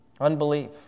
unbelief